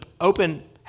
open